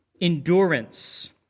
endurance